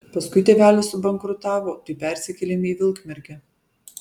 paskui tėvelis subankrutavo tai persikėlėm į vilkmergę